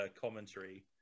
commentary